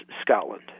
Scotland